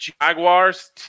Jaguars